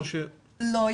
לא,